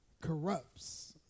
corrupts